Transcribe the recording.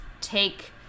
take